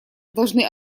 должны